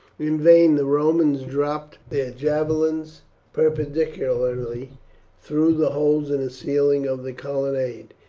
in vain the romans dropped their javelins perpendicularly through the holes in the ceiling of the colonnade,